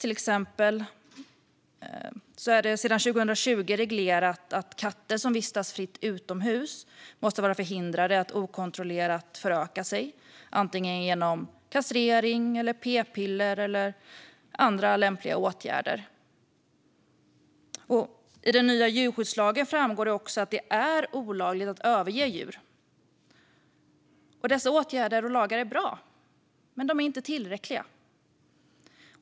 Till exempel är det sedan 2020 reglerat att katter som vistas fritt utomhus måste förhindras att okontrollerat föröka sig, antingen genom kastrering, p-piller eller andra lämpliga åtgärder. I den nya djurskyddslagen framgår det också att det är olagligt att överge djur. Dessa åtgärder och lagar är bra, men de är inte tillräckliga.